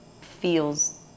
feels